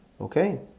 okay